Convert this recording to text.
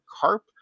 carp